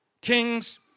kings